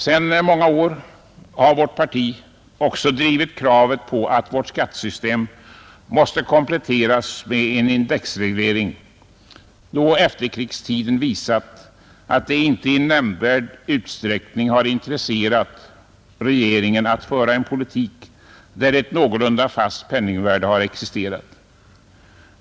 Sedan många år har vårt parti också drivit kravet på att vårt skattesystem måste kompletteras med en indexreglering, då efterkrigstiden visat att det inte i nämnvärd utsträckning har intresserat regeringen att föra en politik, där ett någorlunda fast penningvärde har existerat.